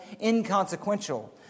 inconsequential